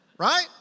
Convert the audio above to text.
Right